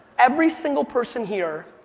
every single person here,